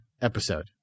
episode